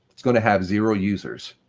it's going to have zero users.